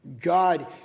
God